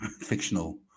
fictional